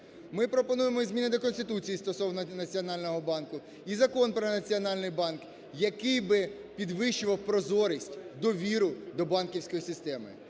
Ми пропонуємо і зміни до Конституції стосовно Національного банку, і Закон про Національний банк, який би підвищував прозорість, довіру до банківської системи.